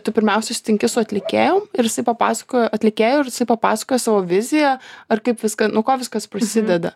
tu pirmiausia susitinki su atlikėjum ir jisai papasakoja atlikėju ir papasakoja savo viziją ar kaip viską nuo ko viskas prasideda